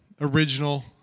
original